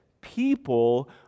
People